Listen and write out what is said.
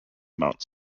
mount